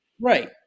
Right